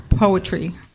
Poetry